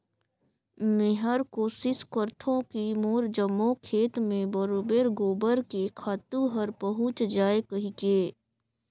मेहर कोसिस करथों की मोर जम्मो खेत मे बरोबेर गोबर के खातू हर पहुँच जाय कहिके